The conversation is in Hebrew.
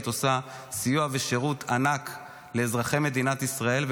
את עושה סיוע ושירות ענק לאזרחי מדינת ישראל,